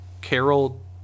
Carol